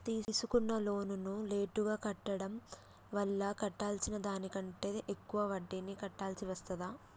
తీసుకున్న లోనును లేటుగా కట్టడం వల్ల కట్టాల్సిన దానికంటే ఎక్కువ వడ్డీని కట్టాల్సి వస్తదా?